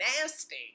nasty